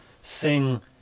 sing